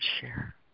share